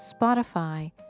Spotify